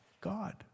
God